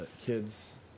kids